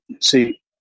see